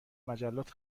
مجلات